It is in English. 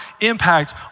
impact